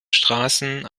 straßen